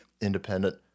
independent